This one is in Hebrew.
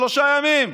שלושה ימים.